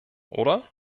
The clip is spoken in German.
oder